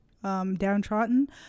Downtrodden